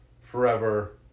Forever